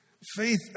Faith